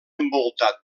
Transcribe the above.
envoltat